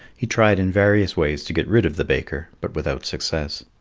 he tried in various ways to get rid of the baker, but without success.